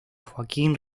joaquín